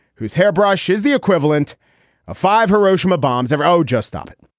whose hairbrush is the equivalent of five hiroshima bombs ever. oh, just stop it